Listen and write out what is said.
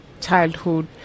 childhood